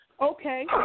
Okay